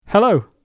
Hello